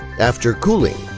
after cooling,